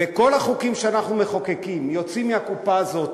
וכל החוקים שאנחנו מחוקקים יוצאים מהקופה הזאת,